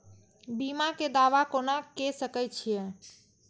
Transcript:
बीमा के दावा कोना के सके छिऐ?